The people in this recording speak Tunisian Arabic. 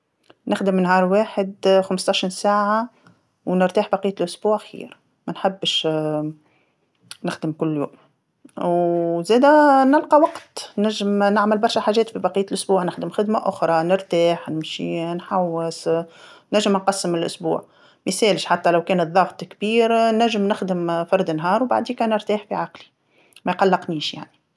نخدم نهار واحد خمسطاشر ساعه، ونرتاح بقية الأسبوع خير، ما نحبش نخدم كل يوم، و زاده نلقى وقت نجم ن- نعمل برشا حاجات في بقية الأسبوع نخدم خدمة اخرى، نرتاح، نمشي نحوس، نجم نقسم الأسبوع، ما يسالش حتى لو كان الضغط كبير نجم نخدم فرد نهار وبعديكا نرتاح في عقلي، ما يقلقنيش يعني.